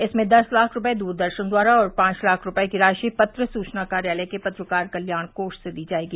इसमें दस लाख रुपये द्रदर्शन द्वारा और पांच लाख रुपये की राशि पत्र सुवना कार्यालय के पत्रकार कल्याण कोष से दी जाएगी